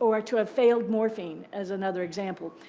or to have failed morphine, as another example.